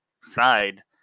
side